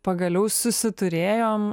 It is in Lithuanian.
pagaliau susiturėjom